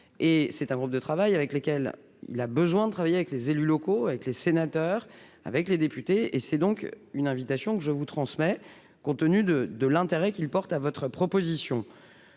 et c'est un groupe de travail avec lesquels il a besoin de travailler avec les élus locaux avec les sénateurs avec les députés et c'est donc une invitation que je vous transmets compte tenu de, de l'intérêt qu'il porte à votre proposition,